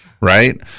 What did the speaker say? right